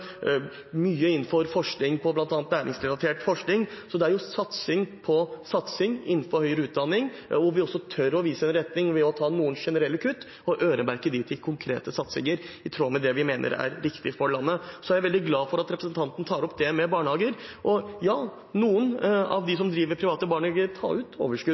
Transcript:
mye til forskning, bl.a. innenfor næringsrelatert forskning. Det er satsing på satsing innenfor høyere utdanning, hvor vi også tør å vise en retning ved å ta noen generelle kutt og øremerke dem til konkrete satsinger, i tråd med det vi mener er riktig for landet. Så er jeg veldig glad for at representanten tar opp det med barnehager. Ja, noen av de som driver private barnehager, tar ut overskudd.